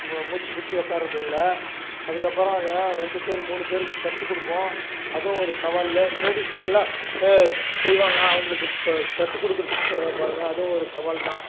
மூச்சு பிடிச்சு உக்கார்றதுள்ள அதுக்கப்புறம் ரெண்டு பேர் மூணு பேருக்கு கற்று கொடுப்போம் அதுவும் ஒரு சவால் லேடிஸெல்லாம் செய்வாங்க அவங்குளுக்கு கற்று கொடுக்குறதுக்கு போவோம் பாருங்கள் அதுவும் ஒரு சவால் தான்